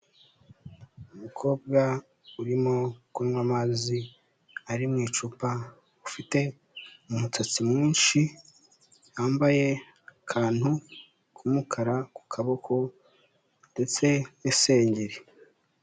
Umukobwa urimo kunywa amazi ari mu icupa, ufite umusatsi mwinshi, yambaye akantu k'umukara ku kaboko ndetse n'isengeri.